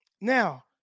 Now